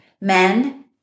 Men